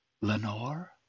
Lenore